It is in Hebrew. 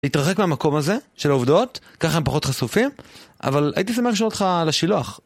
להתרחק מהמקום הזה, של העובדות, ככה הם פחות חשופים, אבל הייתי שמח לשאול אותך על השילוח.